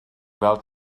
fel